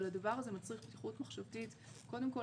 אבל הדבר הזה מצריך פתיחות מחשבתית קודם כל